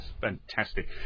fantastic